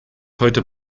heute